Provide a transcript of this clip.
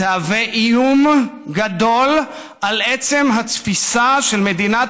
תהיה איום גדול על עצם התפיסה של מדינת